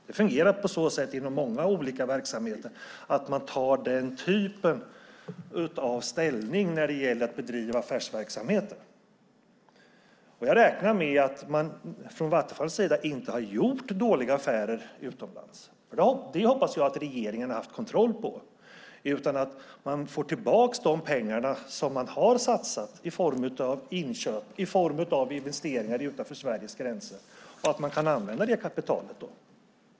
Det fungerar på så sätt i många olika verksamheter. Man tar den typen av ställning när det gäller att bedriva affärsverksamheter. Jag räknar med att man från Vattenfalls sida inte har gjort dåliga affärer utomlands. Det hoppas jag att regeringen har haft kontroll på, så att man får tillbaka de pengar man har satsat i form av investeringar utanför Sveriges gränser och att man kan använda det kapitalet.